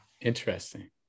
interesting